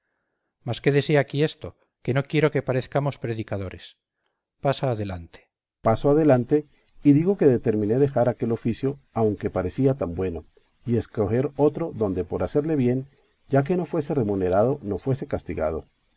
mas quédese aquí esto que no quiero que parezcamos predicadores pasa adelante berganza paso adelante y digo que determiné dejar aquel oficio aunque parecía tan bueno y escoger otro donde por hacerle bien ya que no fuese remunerado no fuese castigado